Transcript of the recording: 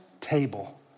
table